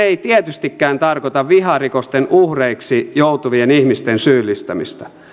ei tietystikään tarkoita viharikosten uhreiksi joutuvien ihmisten syyllistämistä